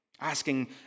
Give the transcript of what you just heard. Asking